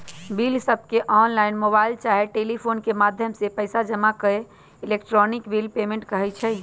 बिलसबके online, mobile चाहे telephone के माध्यम से पइसा जमा के इलेक्ट्रॉनिक बिल पेमेंट कहई छै